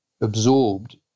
absorbed